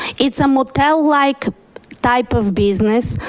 it's a motel like type of business,